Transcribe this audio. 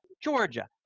Georgia